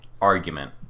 argument